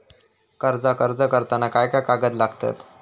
कर्जाक अर्ज करताना काय काय कागद लागतत?